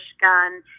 gun